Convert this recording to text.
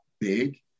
big